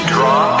Draw